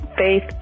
faith